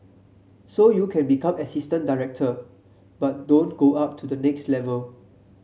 so you can become assistant director but don't go up to the next level